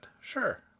Sure